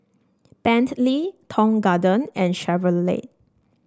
Bentley Tong Garden and Chevrolet